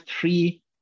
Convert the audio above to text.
three